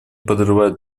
подрывают